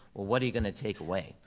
what are you gonna take away?